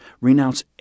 renounce